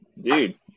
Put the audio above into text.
Dude